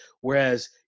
whereas